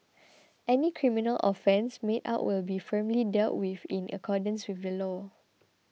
any criminal offence made out will be firmly dealt with in accordance with the law